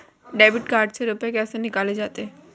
Debit card से रुपये कैसे निकाले जाते हैं?